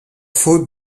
faux